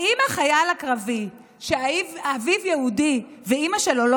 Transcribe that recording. האם החייל הקרבי שאביו יהודי ואימא שלו לא